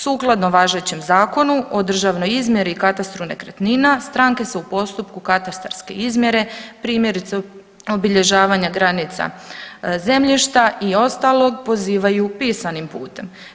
Sukladno važećem Zakonu o državnoj izmjeri i katastru nekretnina stranke se u postupku katastarske izmjere primjerice obilježavanja granica zemljišta i ostalog pozivaju pisanim putem.